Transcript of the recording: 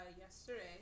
yesterday